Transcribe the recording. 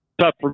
tough